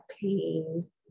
pain